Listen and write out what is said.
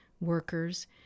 workers